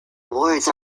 awards